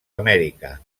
amèrica